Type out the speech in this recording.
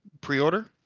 pre-order